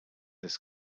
this